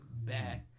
bad